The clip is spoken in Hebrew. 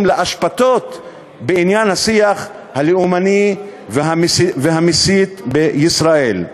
לאשפתות בעניין השיח הלאומני והמסית בישראל.